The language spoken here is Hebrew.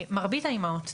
מרבית האימהות,